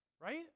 Right